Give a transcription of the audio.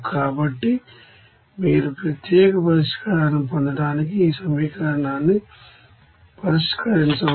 కాబట్టి మీరు ప్రత్యేక పరిష్కారాన్ని పొందడానికి ఈ సమీకరణాన్ని పరిష్కరించవచ్చు